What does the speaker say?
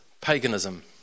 paganism